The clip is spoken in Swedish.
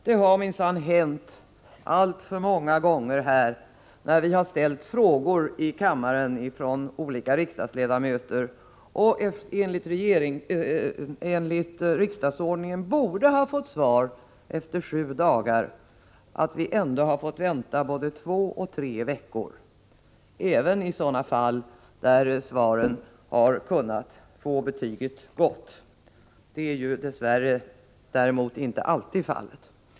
Det har minsann hänt alltför många gånger när olika riksdagsledamöter har ställt frågor till statsråd här i kammaren och enligt riksdagsordningen borde ha fått svar efter sju dagar, att vi ändå har fått vänta både två och tre veckor — även i sådana fall där svaret har kunnat få betyget gott, vilket dess värre inte alltid är fallet.